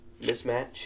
mismatch